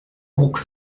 ruck